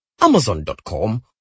amazon.com